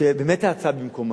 שבאמת ההצעה במקומה.